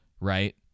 right